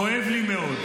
כואב לי מאוד.